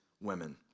women